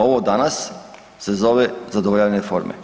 Ovo danas se zove zadovoljavanje forme.